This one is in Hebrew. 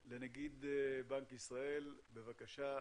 אביר, בבקשה.